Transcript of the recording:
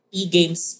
e-games